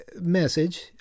message